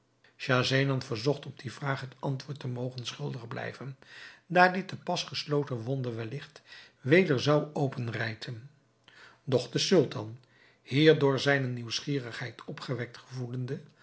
schahzenan verzocht op die vraag het antwoord te mogen schuldig blijven daar dit de pas gesloten wonde welligt weder zou openrijten doch de sultan hierdoor zijne nieuwsgierigheid opgewekt gevoelende